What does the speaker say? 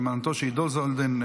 אלמנתו של עידו זולדן,